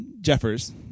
Jeffers